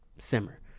simmer